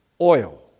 Oil